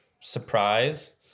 surprise